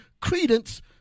credence